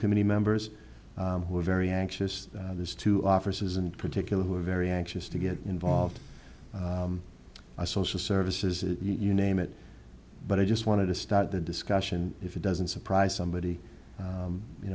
committee members who are very anxious there's two offices in particular who are very anxious to get involved a social services you name it but i just wanted to start the discussion if it doesn't surprise somebody